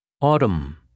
Autumn